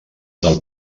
del